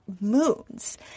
moons